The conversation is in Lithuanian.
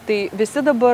tai visi dabar